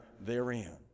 therein